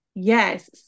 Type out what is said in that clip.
Yes